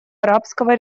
арабского